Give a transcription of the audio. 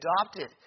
adopted